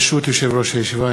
ברשות יושב-ראש הישיבה,